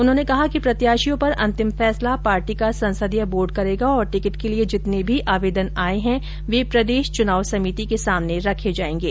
उन्होंने कहा कि प्रत्याशियों पर अंतिम फैसला पार्टी का संसदीय बोर्ड करेगा और टिकिट के लिए जितने भी आवेदन आये है वे प्रदेश चुनाव समिति के सामने रखे जायेंगे